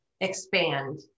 expand